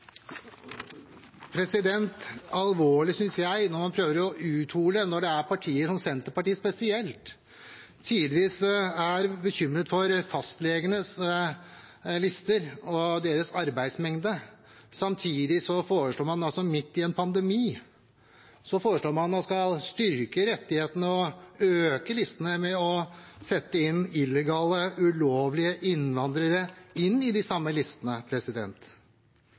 alvorlig, synes jeg, når man prøver å uthule, når det er partier – Senterpartiet spesielt – som tidvis er bekymret for fastlegenes lister og deres arbeidsmengde, og som samtidig foreslår, midt i en pandemi, å skulle styrke rettighetene og øke listene ved å sette illegale, ulovlige innvandrere inn på de samme listene.